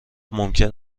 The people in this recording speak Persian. ممکن